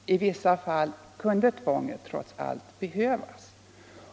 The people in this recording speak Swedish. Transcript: I vissa fall kunde tvånget trots allt behövas.